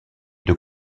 deux